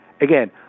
Again